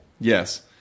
Yes